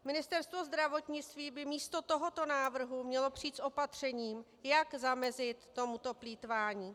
Ministerstvo zdravotnictví by místo tohoto návrhu mělo přijít s opatřením, jak zamezit tomuto plýtvání.